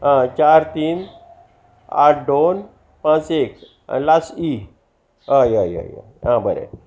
आ चार तीन आठ दोन पांच एक आ लास्ट इ हय हय हय हय आ बरें